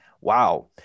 Wow